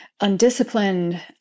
undisciplined